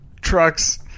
trucks